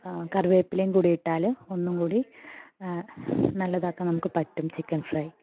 കറിവേപ്പിലയും കൂടി ഇട്ടാൽ ഒന്നും കൂടി നല്ലതാക്കാൻ നമുക്ക് പറ്റും ചിക്കൻ ഫ്രൈ